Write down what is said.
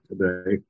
today